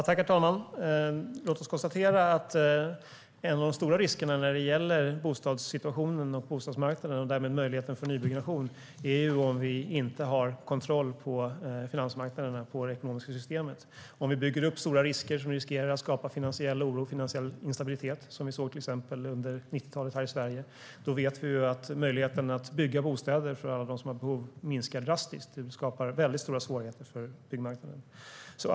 Herr talman! Låt oss konstatera att en av de stora riskerna när det gäller bostadssituationen och bostadsmarknaden och därmed möjligheten för nybyggnation är att inte ha kontroll på finansmarknaderna, det ekonomiska systemet. Om vi bygger upp stora risker som riskerar att skapa finansiell oro och finansiell instabilitet, vilket vi till exempel såg under 90-talet här i Sverige, vet vi att möjligheterna att bygga bostäder för alla som har behov av det minskar drastiskt. Det skapar stora svårigheter för byggmarknaden.